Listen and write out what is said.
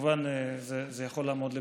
וכמובן, זה יכול לעמוד לבדיקה,